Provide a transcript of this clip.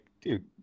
dude